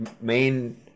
main